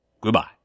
Goodbye